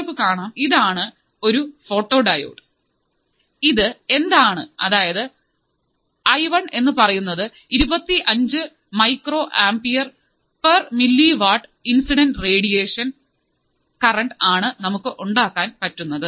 നിങ്ങൾക്കു കാണാം ഇതാണ് ആണ് ഒരു ഫോട്ടോ ഡയോഡ് ഇത് എന്താണ് അതായത് ഐ ഒൺ എന്നുപറയുന്നത് ഇരുപത്തിഅഞ്ചു micro ampere per milli watt of incident radiation current ആണ് നമുക്ക് ഉണ്ടാക്കാൻ പറ്റുന്നത്